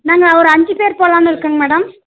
நாங்கள் ஒரு அஞ்சு பேர் போகலான்னு இருக்கங்க மேடம்